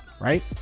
Right